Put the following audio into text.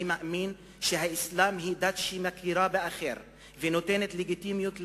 אני מאמין שהאסלאם הוא דת שמכירה באחר ונותנת לגיטימיות לשונה,